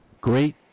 great